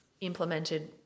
implemented